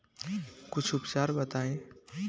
कुछ उपचार बताई?